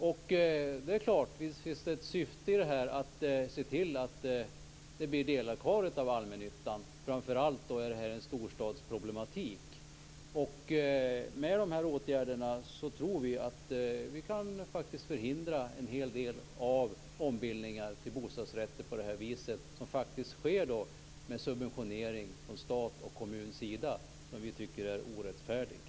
Visst är syftet att se till att det blir delar kvar av allmännyttan. Framför allt är detta en storstadsproblematik. Med de här åtgärderna tror vi att vi faktiskt kan förhindra en hel del av ombildningar till bostadsrätter, som sker med subventionering från stats och kommuns sida, något som vi tycker är orättfärdigt.